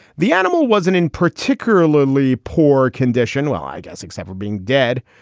the animal wasn't in particularly poor condition. well, i guess except for being dead.